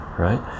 right